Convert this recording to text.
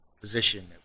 position